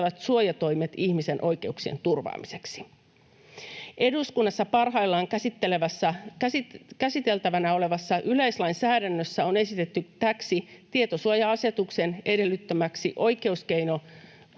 suojatoimet ihmisen oikeuksien turvaamiseksi. Eduskunnassa parhaillaan käsiteltävänä olevassa yleislainsäädännössä on esitetty täksi tietosuoja-asetuksen edellyttämäksi oikeussuojakeinoksi